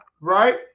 Right